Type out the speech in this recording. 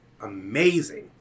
amazing